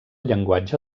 llenguatge